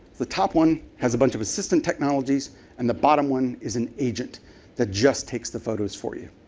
the top one has a bunch of assistant technologies and the bottom one is an agent that just takes the photos for you.